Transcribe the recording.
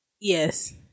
yes